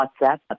WhatsApp